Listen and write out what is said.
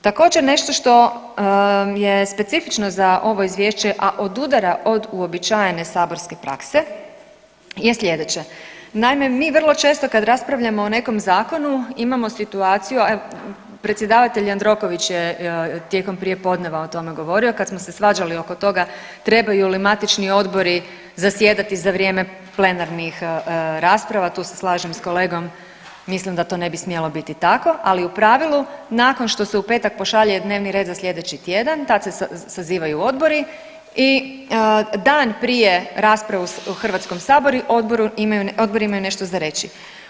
Također, nešto što je specifično za ovo Izvješće, a odudara od uobičajene saborske prakse je sljedeće, naime, mi vrlo često kada raspravljamo o nekom zakonu, imamo situaciju, a predsjedavatelj Jandroković je tijekom prijepodneva o tome govorio, kad smo se svađali oko toga trebaju li matični odbori zasjedati za vrijeme plenarnih rasprava, tu se slažem s kolegom, mislim da to ne bi smjelo biti tako, ali u pravilu, nakon što se u petak pošalje dnevni red za sljedeći tjedan, tad se sazivaju odbori i dan prije rasprave u HS-u odbori imaju nešto za reći.